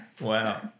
Wow